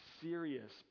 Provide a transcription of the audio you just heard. serious